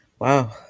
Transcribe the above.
Wow